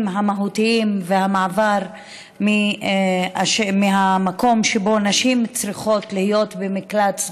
המהותיים ואת המעבר מהמקום שבו נשים צריכות להיות במקלט,